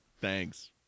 Thanks